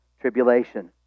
Tribulation